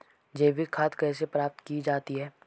जैविक खाद कैसे प्राप्त की जाती है?